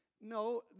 No